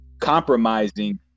compromising